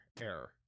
error